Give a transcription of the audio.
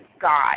God